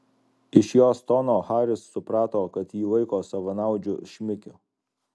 iš jos tono haris suprato kad jį laiko savanaudžiu šmikiu